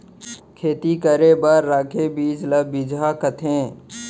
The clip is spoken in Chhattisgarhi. खेती करे बर रखे बीज ल बिजहा कथें